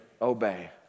Obey